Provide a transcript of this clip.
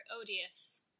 odious